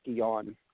on